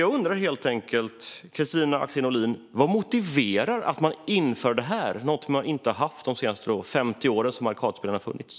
Jag undrar helt enkelt: Vad motiverar att man inför detta, något som man inte har haft under de senaste 50 åren då arkadspelen har funnits?